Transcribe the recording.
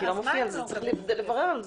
פעם ראשונה שאני שומעת